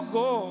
go